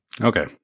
Okay